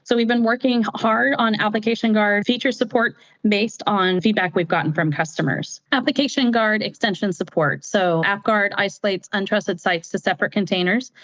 so we've been working hard on application guard feature support based on feedback we've gotten from customers. application guard extensions support, so app guard isolates untrusted sites to separate containers.